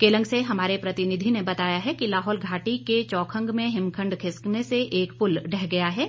केलंग से हमारे प्रतिनिधि ने बताया है कि लाहौल घाटी के चौखंग में हिमखंड खिसकने से एक पुल ढह गया है